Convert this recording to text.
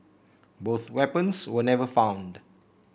both weapons were never found